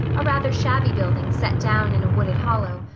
a rather shabby building set down in a wooded hollow,